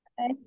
Hi